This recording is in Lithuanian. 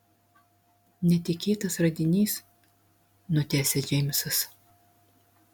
netikėtas radinys nutęsia džeimsas